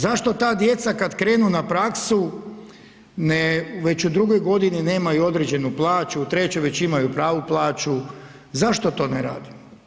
Zašto ta djeca kada krenu na praksu već u drugoj godini nemaju određenu plaću u trećoj već imaju pravu plaću, zašto to ne radimo?